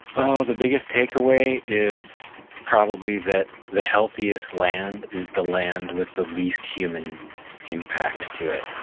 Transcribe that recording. oh, the biggest takeaway is probably that the healthiest land is the land with the least human impact to it.